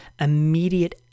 immediate